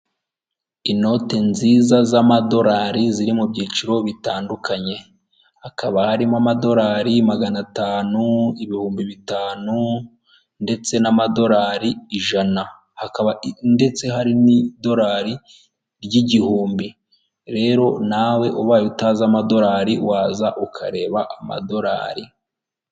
Igiceri cy'u Rwanda cyanditseho banke nasiyonari di Rwanda, bigaragara ko cyakozwe mu mwaka w' igihumbi kimwe magana cyenda mirongo irindwi na karindwi, kandi iki giceri gishushanyijeho igitoki bigaragara ko mu Rwanda haba insina nyinshi.